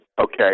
Okay